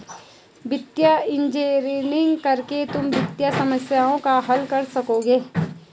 वित्तीय इंजीनियरिंग करके तुम वित्तीय समस्याओं को हल कर सकोगे